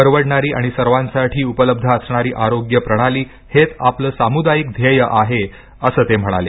परवडणारी आणि सर्वांसाठी उपलब्ध असणारी आरोग्य प्रणाली हेच आपलं सामुदायिक ध्येय आहे असं ते म्हणाले